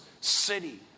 city